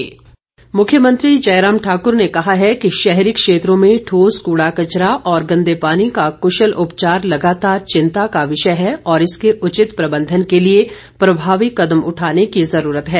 CM मुख्यमंत्री जयराम ठाकुर ने कहा है कि शहरी क्षेत्रों में ठोस कूड़ा कचरा और गंदे पानी का कशल उपचार लगातार चिंता का विषय है और इसके उचित प्रबंधन के लिए प्रभावी कदम उठाने की जरूरत है